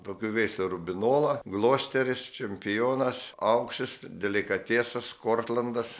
daugiau veislę rubinola glosteris čempionas aukšis delikatesas kortlandas